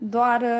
Doar